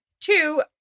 Two